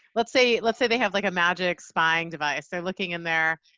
let's say let's say they have like a magic spying device, they're looking in their.